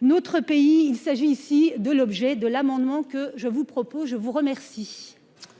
notre pays. Il s'agit ici de l'objet de l'amendement que je vous propose, je vous remercie.